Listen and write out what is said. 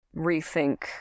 rethink